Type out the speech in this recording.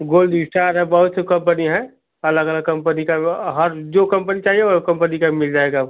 gold star है बहुत से कम्पनी हैं अलग अलग कम्पनी का हर जो कम्पनी चाहिए वो कम्पनी का मिल जाएगा